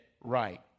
right